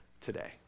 today